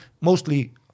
mostly